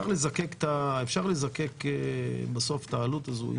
אפשר לזקק בסוף את העלות הזאת.